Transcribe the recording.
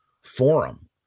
forum